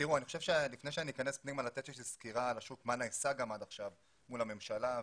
לפני שאני אתן סקירה לגבי מה שנעשה עד עכשיו מול הממשלה,